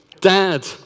Dad